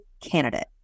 candidate